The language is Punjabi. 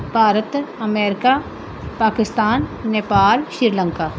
ਭਾਰਤ ਅਮੈਰੀਕਾ ਪਾਕਿਸਤਾਨ ਨੇਪਾਲ ਸ਼੍ਰੀਲੰਕਾ